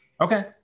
Okay